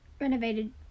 renovated